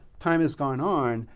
time has gone on,